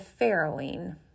farrowing